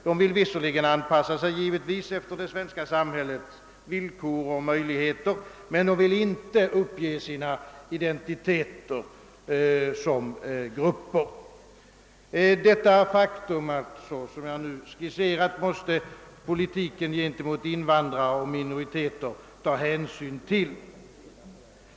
De vill givetvis anpassa sig efter det svenska samhällets villkor och möjligheter men vill inte uppge sina identiteter som grupper. Det faktum som jag nu antytt måste politiken mot invandrare och minoriteter ta hänsyn till.